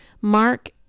mark